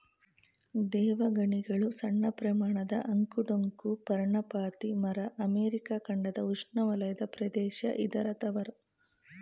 ದೇವಗಣಿಗಲು ಸಣ್ಣಪ್ರಮಾಣದ ಅಂಕು ಡೊಂಕು ಪರ್ಣಪಾತಿ ಮರ ಅಮೆರಿಕ ಖಂಡದ ಉಷ್ಣವಲಯ ಪ್ರದೇಶ ಇದರ ತವರು